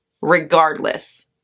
regardless